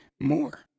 more